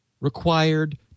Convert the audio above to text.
required